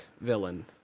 villain